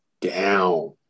down